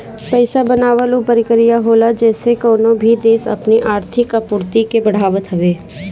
पईसा बनावल उ प्रक्रिया होला जेसे कवनो भी देस अपनी आर्थिक आपूर्ति के बढ़ावत हवे